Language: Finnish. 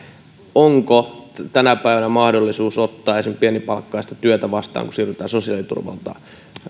onko tänä päivänä mahdollisuus ottaa esimerkiksi pienipalkkaista työtä vastaan kun siirrytään sosiaaliturvalta